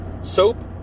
soap